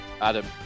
Adam